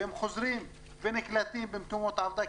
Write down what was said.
והם חוזרים ונקלטים במקומות העבודה,